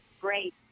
great